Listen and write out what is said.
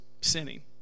sinning